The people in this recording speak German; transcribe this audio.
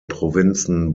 provinzen